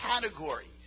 categories